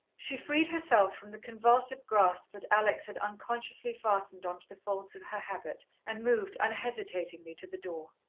she freed herself from the convulsive grasp that alex had unconsciously fastened on to the folds of her habit and moved unhesitatingly to the door.